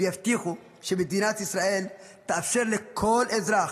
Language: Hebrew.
ויבטיחו שמדינת ישראל תאפשר לכל אזרח,